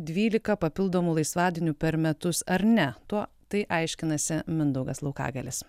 dvylika papildomų laisvadienių per metus ar ne tuo tai aiškinasi mindaugas laukagalis